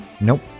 Nope